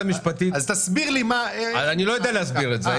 אז תסביר לי --- אני לא יודע להסביר את זה.